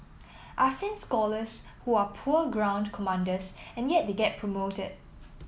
I've seen scholars who are poor ground commanders and yet they get promoted